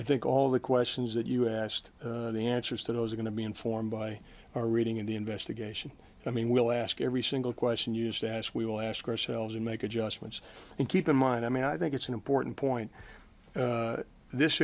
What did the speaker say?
i think all the questions that you asked the answers to those are going to be informed by our reading in the investigation i mean we'll ask every single question you just asked we will ask ourselves and make adjustments and keep in mind i mean i think it's an important point this